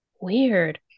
Weird